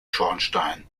schornstein